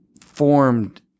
formed